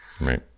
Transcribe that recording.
Right